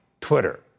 Twitter